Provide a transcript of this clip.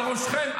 על ראשכם,